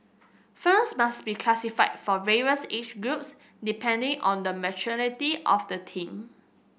films must be classified for various age groups depending on the maturity of the theme